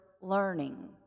learning